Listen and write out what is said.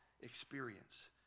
experience